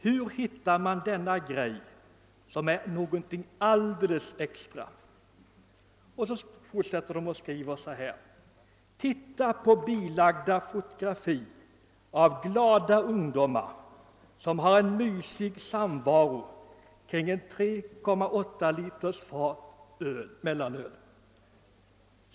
Hur hittar man denna ”grej', som är något alldeles extra?» Sedan fortsätter man så här: »Titta på bilagda fotografi av glada ungdomar, som har en ”mysig” samvaro kring ett 3,8 liters fat ... mellanöl.